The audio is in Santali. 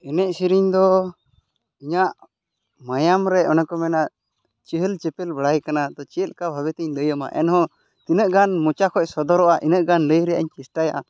ᱮᱱᱮᱡ ᱥᱮᱨᱮᱧ ᱫᱚ ᱤᱧᱟᱹᱜ ᱢᱟᱭᱟᱢ ᱨᱮ ᱚᱱᱟ ᱠᱚ ᱢᱮᱱᱟ ᱪᱮᱦᱮᱞ ᱪᱮᱯᱮᱞ ᱵᱟᱲᱟᱭ ᱠᱟᱱᱟ ᱛᱚ ᱪᱮᱫ ᱞᱮᱠᱟ ᱵᱷᱟᱵᱮ ᱛᱮᱧ ᱞᱟᱹᱭᱟᱢᱟ ᱮᱱᱦᱚᱸ ᱛᱤᱱᱟᱹᱜ ᱜᱟᱱ ᱢᱚᱪᱟ ᱠᱷᱚᱡ ᱥᱚᱫᱚᱨᱚᱜᱼᱟ ᱤᱱᱟᱹᱜ ᱜᱟᱱ ᱞᱟᱹᱭ ᱨᱮᱭᱟᱜ ᱪᱮᱥᱴᱟᱭᱟ